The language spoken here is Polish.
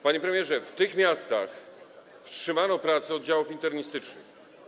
Panie premierze, w tych miastach wstrzymano prace oddziałów internistycznych.